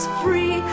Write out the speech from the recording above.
free